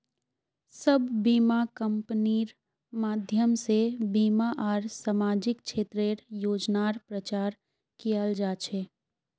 सब बीमा कम्पनिर माध्यम से बीमा आर सामाजिक क्षेत्रेर योजनार प्रचार कियाल जा छे